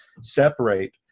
separate